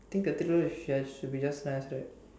think thirty dollar sho~ should be just nice right